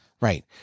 right